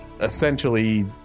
essentially